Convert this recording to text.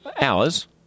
Hours